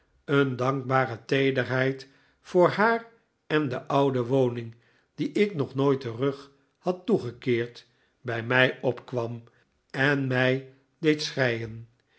een dankbare teederheid voor haar en de oude woning die ik nog nooit den rug had toegekeerd bij mij opkwam en mij deed